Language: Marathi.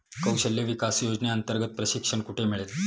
कौशल्य विकास योजनेअंतर्गत प्रशिक्षण कुठे मिळेल?